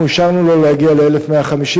אנחנו אישרנו לו להגיע ל-1,150,